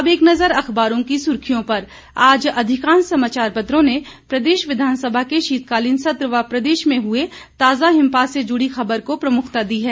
अब एक नजर अखबारों की सुर्खियों पर आज अधिकांश समाचार पत्रों ने प्रदेश विधानसभा के शीतकालीन सत्र व प्रदेश में हुए ताजा हिमपात से जुड़ी खबर को प्रमुखता दी है